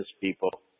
people